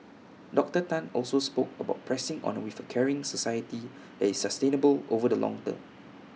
Doctor Tan also spoke about pressing on A with A caring society that is sustainable over the long term